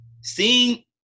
seeing